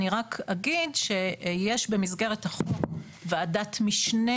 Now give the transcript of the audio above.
אני רק אגיד שיש במסגרת החוק ועדת משנה